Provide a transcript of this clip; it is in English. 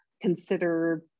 consider